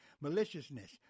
maliciousness